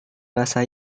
bahasa